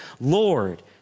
Lord